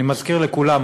אני מזכיר לכולם,